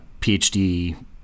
phd